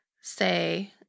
say